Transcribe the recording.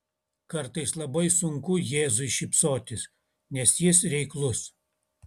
kartais labai sunku jėzui šypsotis nes jis reiklus